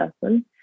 person